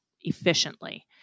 efficiently